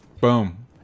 Boom